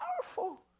powerful